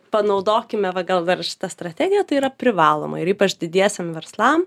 panaudokime va gal dar šitą strategiją tai yra privaloma ir ypač didiesiem verslam